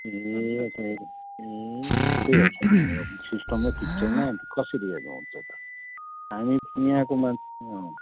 ए यस्तै हो यहाँ सिस्टम नै ठिक छैन कसरी हेर्नुहुन्छ त हामी यहाँको मान्छे